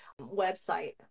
website